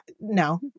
no